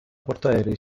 portaerei